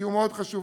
כי הוא מאוד חשוב.